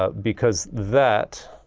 ah because that